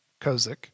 Kozik